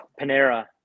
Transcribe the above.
Panera